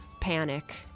panic